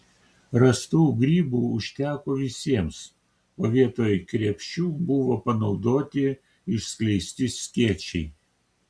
rastų grybų užteko visiems o vietoj krepšių buvo panaudoti išskleisti skėčiai